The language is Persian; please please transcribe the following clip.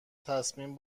تصمیم